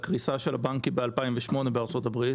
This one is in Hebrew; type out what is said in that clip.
הקריסה של הבנקים בארצות הברית ב-2008,